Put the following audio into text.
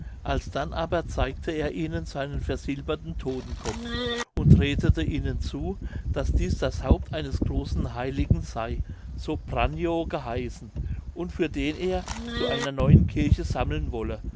alsdann aber zeigte er ihnen seinen versilberten todtenkopf und redete ihnen zu daß dieß das haupt eines großen heiligen sey so brannio geheißen und für den er zu einer neuen kirche sammeln wolle